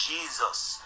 Jesus